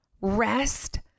Rest